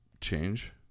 change